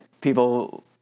people